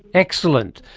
excellent.